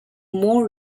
more